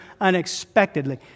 unexpectedly